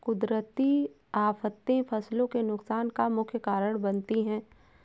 कुदरती आफतें फसलों के नुकसान का मुख्य कारण बनती है